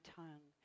tongue